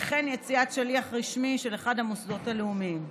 וכן יציאת שליח רשמי של אחד המוסדות הלאומיים.